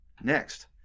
Next